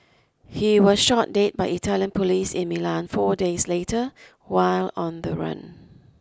he was shot dead by Italian police in Milan four days later while on the run